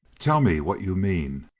tell me what you mean.